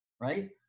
right